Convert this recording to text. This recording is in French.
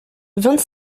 vingt